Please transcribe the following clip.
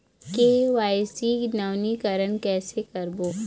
KYC नवीनीकरण कैसे करबो?